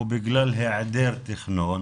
הוא בגלל העדר תכנון